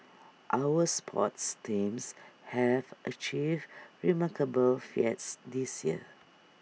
our sports teams have achieved remarkable feats this year